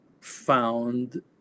found